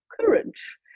courage